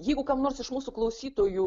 jeigu kam nors iš mūsų klausytojų